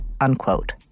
unquote